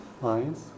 lines